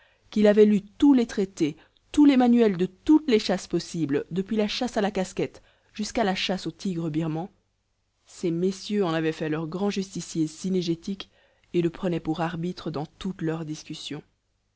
qu'il avait lu tous les traités tous les manuels de toutes les chasses possibles depuis la chasse à la casquette jusqu'à la chasse au tigre birman ces messieurs en avaient fait leur grand justicier cynégétique et le prenaient pour arbitre dans toutes leurs discussions